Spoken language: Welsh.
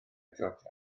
georgia